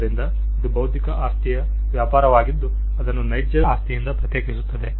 ಆದ್ದರಿಂದ ಇದು ಬೌದ್ಧಿಕ ಆಸ್ತಿಯ ವ್ಯಾಪಾರವಾಗಿದ್ದು ಅದನ್ನು ನೈಜ ಆಸ್ತಿಯಿಂದ ಪ್ರತ್ಯೇಕಿಸುತ್ತದೆ